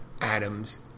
atoms